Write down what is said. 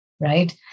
right